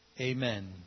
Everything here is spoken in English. Amen